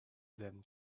them